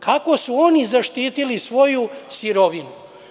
Kako su oni zaštitili svoju sirovinu?